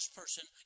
person